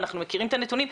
אנחנו מכירים את הנתונים.